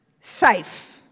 safe